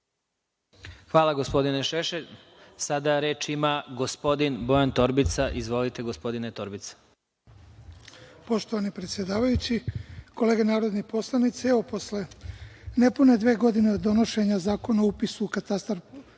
Hvala, gospodine Šešelj. Sada reč ima gospodin Bojan Torbica. Izvolite, gospodine Torbica. **Bojan Torbica** Poštovani predsedavajući, kolege narodni poslanici, evo posle nepune dve godine od donošenja Zakona o upisu u Katastar